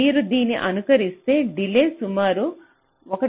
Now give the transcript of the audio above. మీరు దీన్ని అనుకరిస్తే డిలే సుమారు 1